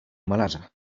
malarza